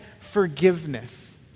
forgiveness